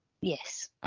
yes